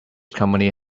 company